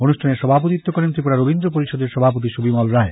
অনুষ্ঠানে সভাপতিত্ব করেন ত্রিপুরা রবীন্দ্র পরিষদের সভাপতি সুবিমল রায়